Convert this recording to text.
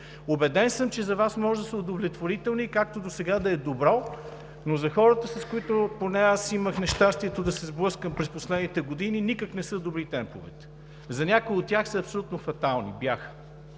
Убеден съм, че за Вас може да са удовлетворителни и, както досега, да са добри, но за хората, с които поне аз имах нещастието да се сблъскам през последните години, никак не са добри темповете. За някои от тях бяха абсолютно фатални.